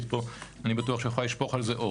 פה ואני בטוח שהיא יכולה לשפוך על זה אור.